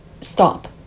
Stop